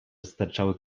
sterczały